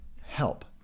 help